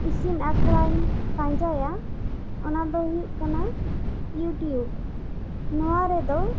ᱤᱥᱤᱱ ᱟᱠᱷᱲᱟ ᱤᱧ ᱯᱟᱸᱡᱟᱭᱟ ᱚᱱᱟ ᱫᱚ ᱦᱩᱭᱩᱜ ᱠᱟᱱᱟ ᱭᱩᱴᱤᱭᱩᱵᱽ ᱱᱚᱣᱟ ᱨᱮᱫᱚ